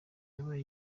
yabaye